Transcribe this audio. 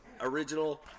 original